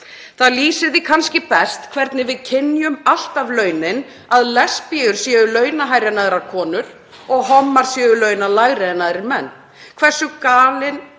Það lýsir því kannski best hvernig við kynjum alltaf launin að lesbíur séu launahærri en aðrar konur og hommar séu launalægri en aðrir menn. Hversu galinn